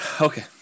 okay